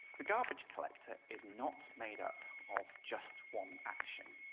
the garbage collector is not made up of just one action,